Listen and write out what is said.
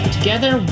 Together